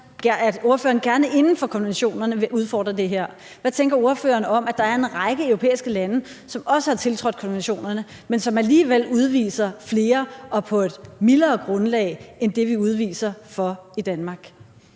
at ordføreren gerne inden for konventionerne vil udfordre det her. Hvad tænker ordføreren om, at der er en række europæiske lande, som også har tiltrådt konventionerne, men som alligevel udviser flere og på et mildere grundlag end det, vi udviser for i Danmark?